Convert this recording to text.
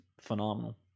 phenomenal